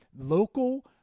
local